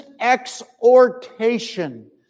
exhortation